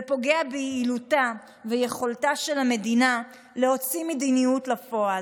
ופוגע ביעילותה ויכולתה של המדינה להוציא מדיניות לפועל.